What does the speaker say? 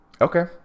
Okay